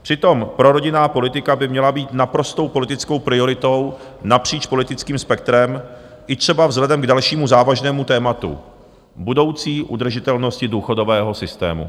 Přitom prorodinná politika by měla být naprostou politickou prioritou napříč politickým spektrem, i třeba vzhledem k dalšímu závažnému tématu budoucí udržitelnosti důchodového systému.